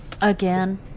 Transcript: Again